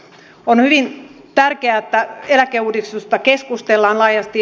on hyvin tärkeää että eläkeuudistuksesta keskustellaan laajasti